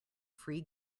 free